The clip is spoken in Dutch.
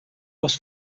was